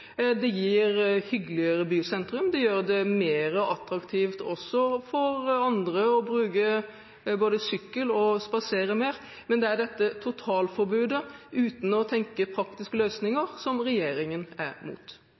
Det gir hyggeligere bysentrum, det gjør det mer attraktivt også for andre både å bruke sykkel og å spasere mer, men det er dette totalforbudet, uten å tenke praktiske løsninger, som regjeringen er